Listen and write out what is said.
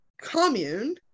commune